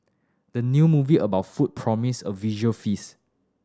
the new movie about food promise a visual feast